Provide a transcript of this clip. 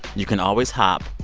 you can always hop,